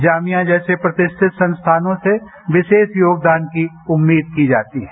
जामिया जैसे प्रतिष्ठित संस्थानों से विशेष योगदान की उम्मीद की जाती है